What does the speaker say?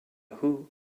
who